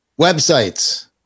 Websites